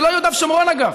זה לא יהודה ושומרון, אגב.